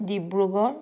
Dibrugarh